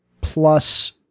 plus